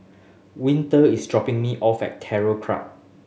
Winter is dropping me off at Terror Club